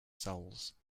soles